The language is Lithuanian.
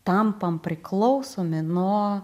tampam priklausomi nuo